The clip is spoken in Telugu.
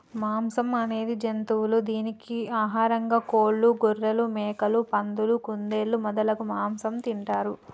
మాంసం అనేది జంతువుల దీనిని ఆహారంగా కోళ్లు, గొఱ్ఱెలు, మేకలు, పందులు, కుందేళ్లు మొదలగు మాంసం తింటారు